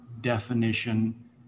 definition